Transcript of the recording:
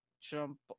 jump